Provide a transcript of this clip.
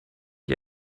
ich